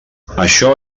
això